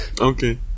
Okay